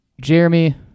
Jeremy